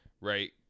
right